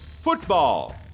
Football